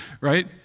right